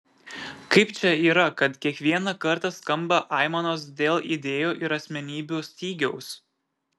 kaip čia yra kad kiekvieną kartą skamba aimanos dėl idėjų ir asmenybių stygiaus